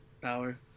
power